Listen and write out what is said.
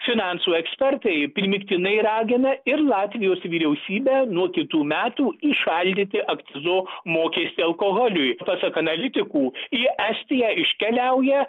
finansų ekspertai primygtinai ragina ir latvijos vyriausybę nuo kitų metų įšaldyti akcizo mokestį alkoholiui pasak analitikų į estiją iškeliauja